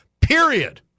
Period